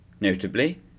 Notably